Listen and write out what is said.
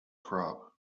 crop